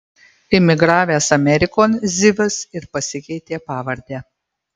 imigravęs amerikon zivas ir pasikeitė pavardę